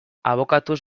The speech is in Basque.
abokatuz